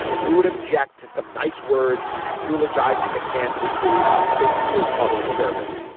who would object to some nice words eulogising the candidacy of a good public servant?